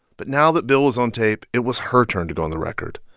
but now that bill was on tape, it was her turn to go on the record,